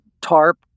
tarp